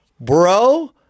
Bro